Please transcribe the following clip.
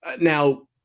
Now